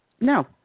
no